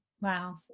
Wow